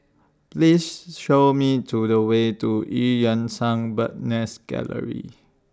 Please Show Me to The Way to EU Yan Sang Bird's Nest Gallery